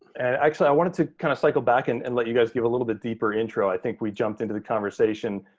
actually i wanted to kind of cycle back and and let you guys give a little bit deeper intro. i think we jumped into the conversation.